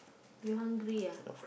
you hungry ah